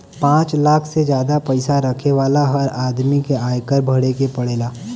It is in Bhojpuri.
पांच लाख से जादा पईसा रखे वाला हर आदमी के आयकर भरे के पड़ेला